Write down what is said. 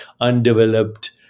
undeveloped